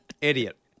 Idiot